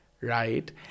Right